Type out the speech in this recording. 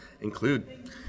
include